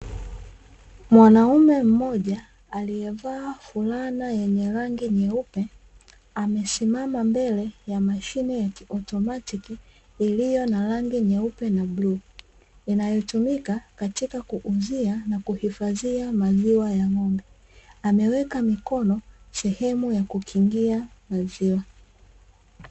Mwanaume mmoja aliyevaa fulana yenye rangi nyeupe amesimama mbele ya mashine ya kiotomatiki, iliyo na rangi nyeupe na bluu inayotumika katika kuuzia na kuhifadhia maziwa ya ng’ombe. Ameweka mikono sehemu ya kukingia maziwa.